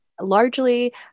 largely